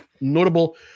notable